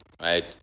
Right